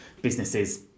businesses